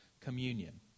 communion